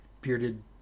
bearded